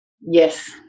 Yes